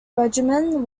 regimen